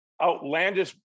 outlandish